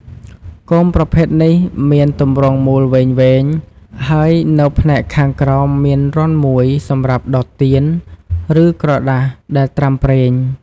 គោមប្រភេទនេះមានទម្រង់មូលវែងៗ ហើយនៅផ្នែកខាងក្រោមមានរន្ធមួយសម្រាប់ដោតទៀន ឬក្រដាសដែលត្រាំប្រេង។